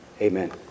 Amen